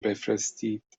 بفرستید